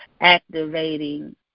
activating